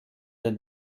den